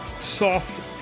soft